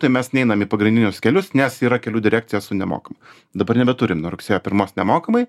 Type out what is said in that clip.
tai mes neinam į pagrindinius kelius nes yra kelių direkcija su nemokamai dabar nebeturim nuo rugsėjo pirmos nemokamai